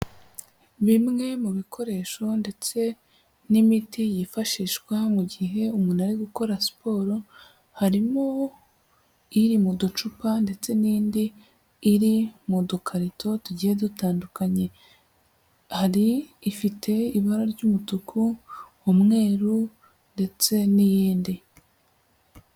Bimwe mu bikoresho ndetse n'imiti yifashishwa mu gihe umuntu ari gukora siporo, harimo iri mu ducupa ndetse n'indi iri mu dukarito tugiye dutandukanye, hari ifite ibara ry'umutuku, umweru ndetse n'iyindi.